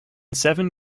seven